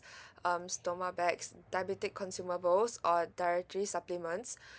um stoma bags diabetic consumables or dietary supplements